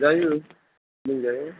जायो बुंजायो